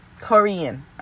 Korean